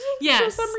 Yes